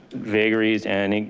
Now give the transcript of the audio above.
vagaries and